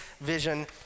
vision